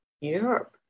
Europe